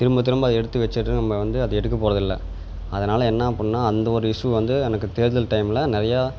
திரும்ப திரும்ப அதை எடுத்து வெச்சுட்டு நம்ம வந்து அது எடுக்கப் போகிறதில்ல அதனால் என்ன அப்புடின்னா அந்த ஒரு இஷ்யூ வந்து எனக்கு தேர்தல் டைமில் நிறையா